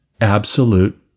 absolute